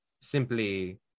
simply